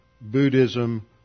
Buddhism